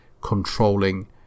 controlling